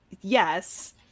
yes